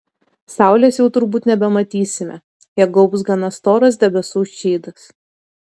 saulės jau turbūt nebematysime ją gaubs gana storas debesų šydas